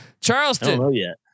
Charleston